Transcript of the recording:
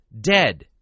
dead